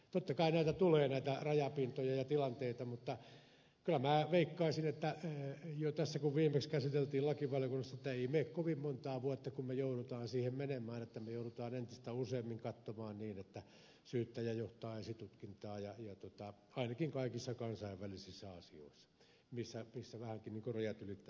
totta kai näitä rajapintoja ja tilanteita tulee mutta kyllä minä veikkaisin kun tätä jo viimeksi käsiteltiin lakivaliokunnassa että ei mene kovin montaa vuotta kun me joudumme siihen menemään että joudumme entistä useammin katsomaan niin että syyttäjä johtaa esitutkintaa ainakin kaikissa kansainvälisissä asioissa missä vähänkin rajat ylittävää toimintaa on